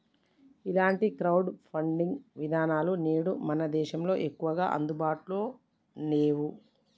ఇలాంటి crowd funding విధానాలు నేడు మన దేశంలో ఎక్కువగా అందుబాటులో నేవు